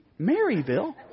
Maryville